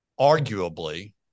arguably